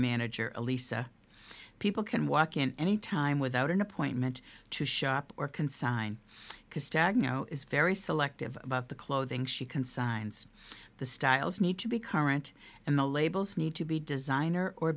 manager elisa people can walk in any time without an appointment to shop or consign because tagg know is very selective about the clothing she consigns the styles need to be current and the labels need to be designer or